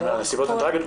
הנסיבות הן טרגיות,